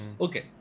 okay